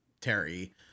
Terry